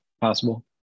possible